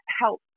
help